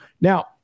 Now